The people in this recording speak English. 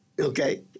Okay